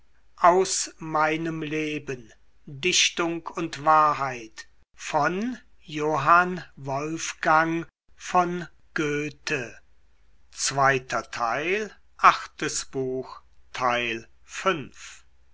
aus meinem leben dichtung und wahrheit